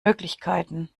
möglichkeiten